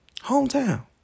Hometown